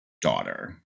daughter